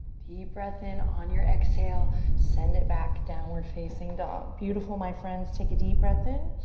deep breath in, on your exhale send it back, downward facing dog. beautiful my friends, take a deep breath in,